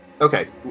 Okay